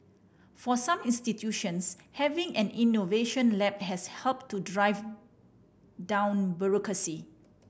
for some institutions having an innovation lab has helped to drive down bureaucracy